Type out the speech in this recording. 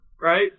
right